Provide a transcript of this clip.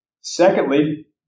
Secondly